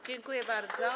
Dziękuję bardzo.